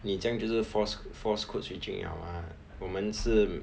你这样就是 force force 过去 switching liao mah 我们是